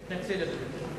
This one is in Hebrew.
אני מתנצל, אדוני.